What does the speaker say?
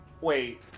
wait